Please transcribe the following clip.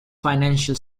financial